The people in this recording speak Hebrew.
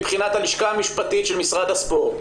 מבחינת הלשכה המשפטית של משרד הספורט,